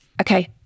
Okay